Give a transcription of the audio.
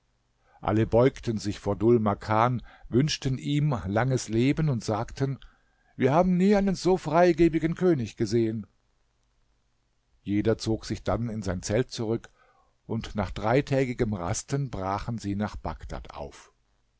alle beugten sich vor dhul makan wünschten ihm langes leben und sagten wir haben nie einen so freigebigen könig gesehen jeder zog sich dann in sein zelt zurück und nach dreitägigem rasten brachen sie nach bagdad auf